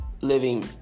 Living